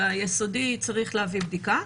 ביסודי צריך להביא בדיקה.